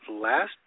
last